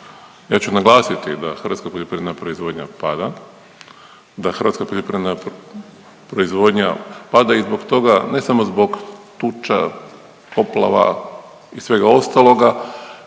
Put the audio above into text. pada, da hrvatska poljoprivredna proizvodnja pada i zbog toga ne samo zbog tuča, poplava i svega ostaloga